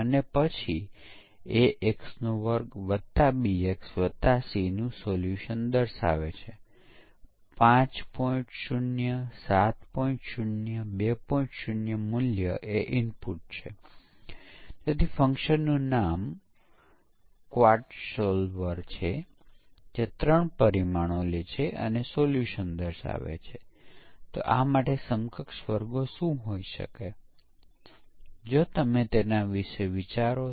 હવે પરીક્ષણ વિશે વધુ વિગતોની ચર્ચા કરવાનું શરૂ કરતા પહેલા આપણે પરીક્ષણ વિશેની બીજી એક મૂળ બાબત વિશે ચર્ચા કરવાની જરૂર છે જે પાકમાં જંતુનાશક પદાર્થનો ઉપયોગ કરવા સાથે સામ્યતા હોવાથી પેસ્ટિસાઇડ ઇફેક્ટ નામથી જાણીતી છે ધારો કે તમે ખેડૂત છો અને તમે થોડો પાક વાવ્યો છે ચાલો આપણે કપાસનો પાક કહીએ અને પછી કપાસનો પાક ઉગાડ્યો અને પછી તમે જોશો કે તે જીવાતોથી સંક્રમિત છે